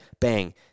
bang